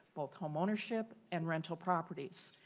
both homeownership and rental properties.